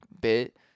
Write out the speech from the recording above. bit